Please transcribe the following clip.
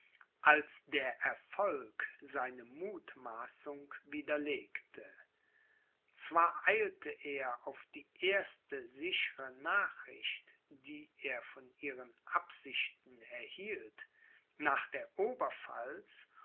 als der erfolg seine muthmaßung widerlegte zwar eilte er auf die erste sichre nachricht die er von ihren absichten erhielt nach der